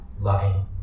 loving